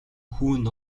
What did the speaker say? хүү